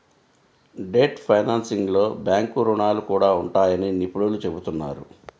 debt ఫైనాన్సింగ్లో bank రుణాలు కూడా ఉంటాయని నిపుణులు చెబుతున్నారు